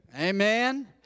Amen